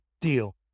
deal